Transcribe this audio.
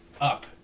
up